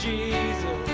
Jesus